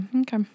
Okay